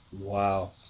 Wow